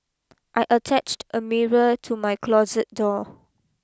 I attached a mirror to my closet door